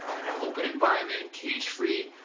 and an open environment cage free.